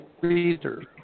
reader